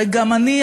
וגם אני,